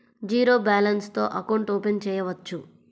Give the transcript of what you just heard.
Zero balance తో account open చేయవచ్చు?